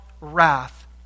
wrath